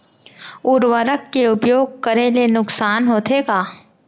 उर्वरक के उपयोग करे ले नुकसान होथे का?